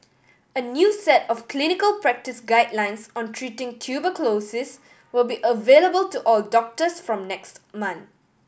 a new set of clinical practice guidelines on treating tuberculosis will be available to all doctors from next month